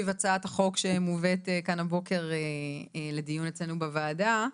הצעת החוק שמובאת כאן הבוקר לדיון אצלנו בוועדה.